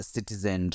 Citizen